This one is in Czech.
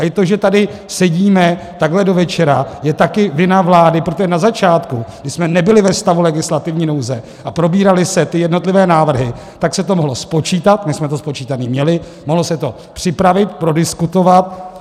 A i to, že tady sedíme takhle do večera, je taky vina vlády, protože na začátku, kdy jsme nebyli ve stavu legislativní nouze a probíraly se ty jednotlivé návrhy, tak se to mohlo spočítat my jsme to spočítané měli mohlo se to připravit, prodiskutovat.